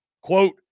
Quote